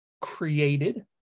created